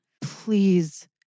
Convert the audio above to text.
please